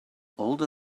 older